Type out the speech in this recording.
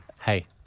Hey